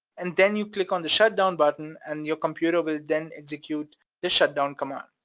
and then you click on the shutdown button and your computer will then execute the shutdown command,